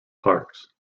parks